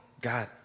God